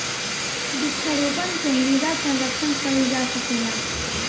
वृक्षारोपण से मृदा संरक्षण कईल जा सकेला